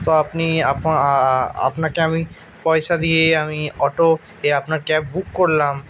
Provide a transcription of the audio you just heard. তো আপনি আপনাকে আমি পয়সা দিয়ে আমি অটো এ আপনার ক্যাব বুক করলাম